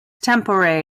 tempore